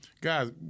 Guys